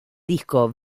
disco